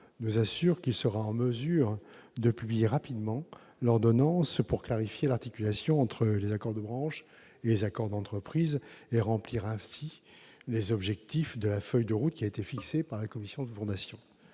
nous assure qu'il sera en mesure de publier rapidement l'ordonnance pour clarifier l'articulation entre les accords de branche et les accords d'entreprise et remplir ainsi les objectifs de la feuille de route fixée par la commission de refondation.